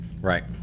Right